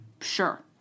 sure